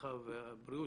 הרווחה והבריאות,